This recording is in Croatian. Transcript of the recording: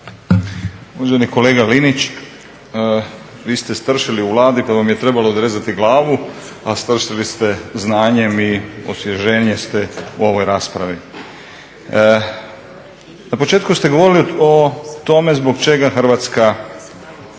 Uvaženi kolega Linić, vi ste stršili u Vladi kad vam je trebalo odrezati glavu, a stršali ste znanjem i osvježenje ste u ovoj raspravi. Na početku ste govorili o tome zbog čega Hrvatska